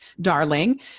darling